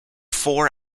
four